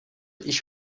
ich